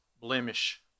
blemish